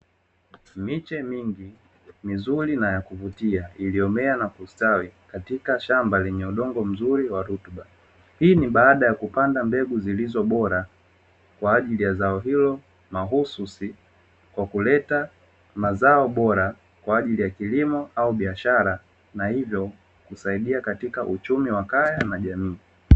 Miche mingi mizuri na ya kuvutia iliyomea na kustawi katika shamba lenye udongo mzuri wa rutuba. Hii ni baada ya kupanda mbegu zilizo bora kwa ajili ya zao hilo, mahususi kwa kuleta mazao bora kwa ajili ya kilimo au biashara, na hivyo kusaidia katika uchumi wa kaya na jamii.